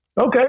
Okay